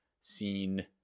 seen